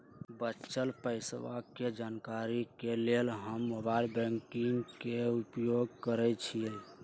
बच्चल पइसा के जानकारी के लेल हम मोबाइल बैंकिंग के उपयोग करइछि